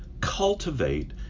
cultivate